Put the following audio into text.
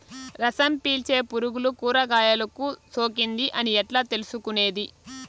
రసం పీల్చే పులుగులు కూరగాయలు కు సోకింది అని ఎట్లా తెలుసుకునేది?